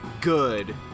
good